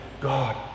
God